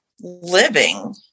living